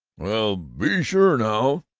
well, be sure now,